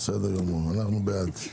אנחנו בעד...